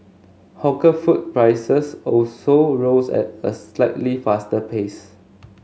hawker food prices also rose at a slightly faster pace